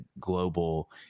global